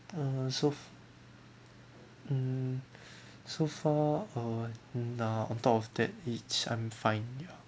uh so mm so far uh nah on top of that it's I'm fine ya